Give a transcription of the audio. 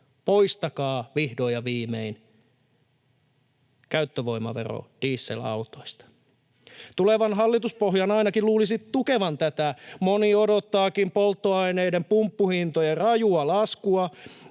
Poistakaa vihdoin ja viimein käyttövoimavero dieselautoista. Tulevan hallituspohjan ainakin luulisi tukevan tätä. Moni odottaakin polttoaineiden pumppuhintojen rajua laskua,